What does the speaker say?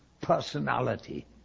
personality